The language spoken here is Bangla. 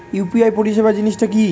ইউ.পি.আই পরিসেবা জিনিসটা কি?